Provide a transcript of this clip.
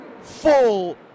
full